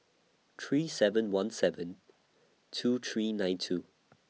three seven one seven two three nine two